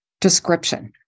description